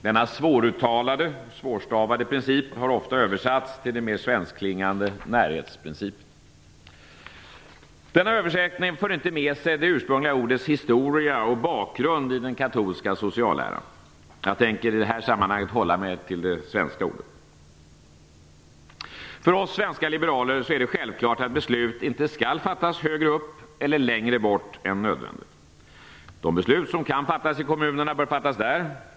Denna svåruttalade och svårstavade princip har ofta översatts till det mer svenskklingande närhetsprincipen. Denna översättning för inte med sig det ursprungliga ordets historia och bakgrund i den katolska socialläran. Jag tänker i det här sammanhanget hålla mig till det svenska ordet. För oss svenska liberaler är det självklart att beslut inte skall fattas högre upp eller längre bort än nödvändigt. De beslut som kan fattas i kommunerna bör fattas där.